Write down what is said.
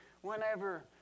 whenever